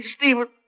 Stephen